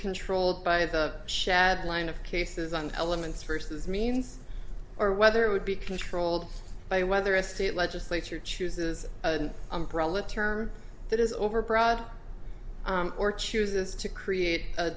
controlled by the shadowline of cases on the elements first as means or whether it would be controlled by whether a state legislature chooses the umbrella term that is overbroad or chooses to create a